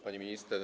Pani Minister!